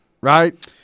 right